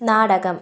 നാടകം